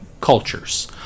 cultures